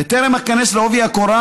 בטרם איכנס בעובי הקורה,